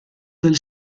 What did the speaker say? del